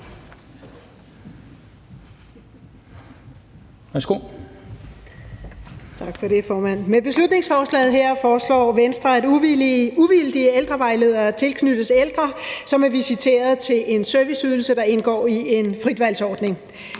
Med beslutningsforslaget her foreslår Venstre, at uvildige ældrevejledere tilknyttes ældre, som er visiteret til en serviceydelse, der indgår i en fritvalgsordning.